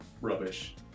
rubbish